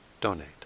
donate